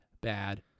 bad